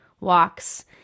walks